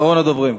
אחרון הדוברים.